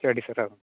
ᱪᱷᱟ ᱟ ᱰᱤ ᱥᱟᱨᱦᱟᱣ